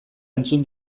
entzun